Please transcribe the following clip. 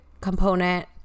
component